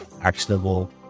actionable